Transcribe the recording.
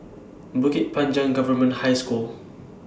Bukit Panjang Government High School